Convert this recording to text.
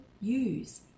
use